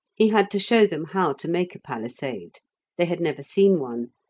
he had to show them how to make a palisade they had never seen one,